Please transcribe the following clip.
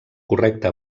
correcte